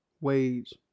wage